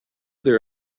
there